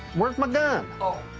where's my gun? oh.